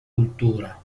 cultura